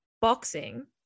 boxing